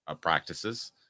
practices